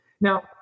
Now